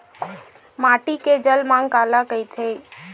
माटी के जलमांग काला कइथे?